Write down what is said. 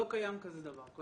לא קיים כזה דבר.